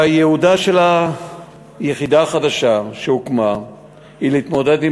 ייעודה של היחידה החדשה שהוקמה הוא להתמודד עם